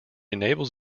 enables